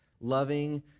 Loving